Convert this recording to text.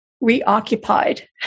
reoccupied